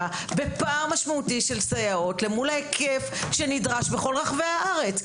בפער משמעותי של סייעות אל מול ההיקף הנדרש בכל רחבי הארץ?